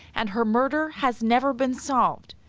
and her murder has never been solved.